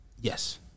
Yes